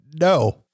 no